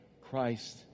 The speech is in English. Christ